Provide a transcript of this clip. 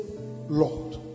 Lord